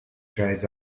dries